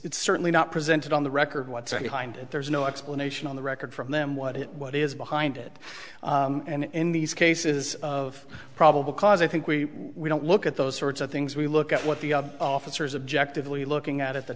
it's certainly not presented on the record what's behind it there's no explanation on the record from them what it what is behind it and in these cases of probable cause i think we don't look at those sorts of things we look at what the officers objective were looking at